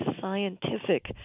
scientific